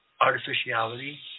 artificiality